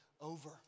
over